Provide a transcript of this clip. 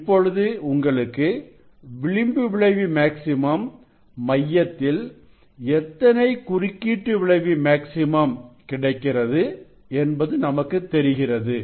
இப்பொழுது உங்களுக்கு விளிம்பு விளைவு மேக்ஸிமம் மையத்தில் எத்தனை குறுக்கீட்டு விளைவு மேக்ஸிமம் கிடைக்கிறது என்பது நமக்கு தெரிகிறது